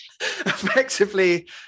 effectively